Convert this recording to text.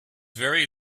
very